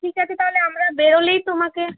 ঠিক আছে তাহলে আমরা বেরোলেই তোমাকে